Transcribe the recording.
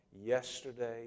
yesterday